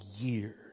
years